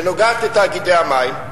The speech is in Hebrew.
שנוגעת לתאגידי המים,